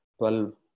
12